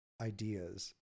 ideas